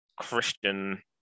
Christian